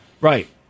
Right